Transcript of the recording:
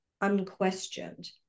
unquestioned